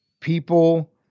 people